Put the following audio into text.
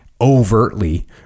overtly